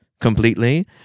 completely